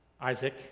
Isaac